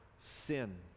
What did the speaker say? sin